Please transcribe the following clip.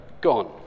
gone